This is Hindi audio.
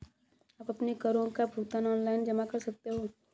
आप अपने करों का भुगतान ऑनलाइन जमा कर सकते हैं